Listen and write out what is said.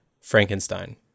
Frankenstein